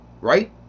Right